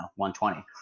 120